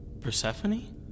Persephone